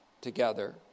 together